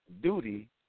duty